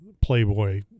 Playboy